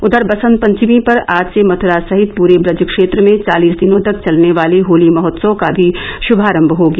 उधर बसंत पंचमी पर आज से मथुरा सहित पूरे ब्रज क्षेत्र में चालीस दिनों तक चलने वाले होली महोत्सव का भी श्मारम्भ हो गया